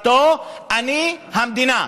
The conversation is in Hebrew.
אני המדינה.